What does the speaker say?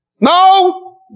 no